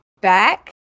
back